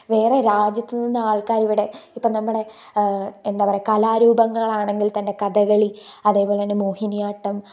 വേറെ രാജ്യത്ത് നിന്ന് ആൾക്കാർ ഇവിടെ ഇപ്പം നമ്മുടെ എന്താ പറയുക കലാരൂപങ്ങളാണെങ്കിൽ തന്നെ കഥകളി അതേപോലെത്തന്നെ മോഹിനിയാട്ടം